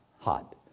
hot